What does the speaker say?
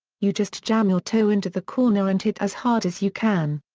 you just jam your toe into the corner and hit as hard as you can.